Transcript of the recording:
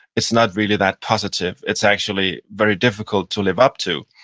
it's not really that positive. it's actually very difficult to live up to,